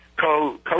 co